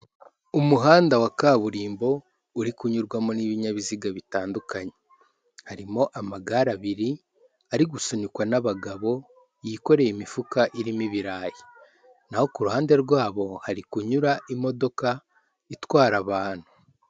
Umuhanda wa kaburimbo uri kunyurwamo n'ibinyabiziga bitandukanye, harimo amagare abiri ari gusunikwa n'abagabo, yikoreye imifuka irimo ibirayi, naho ku ruhande rwabo hari kunyura imodoka itwara abantu.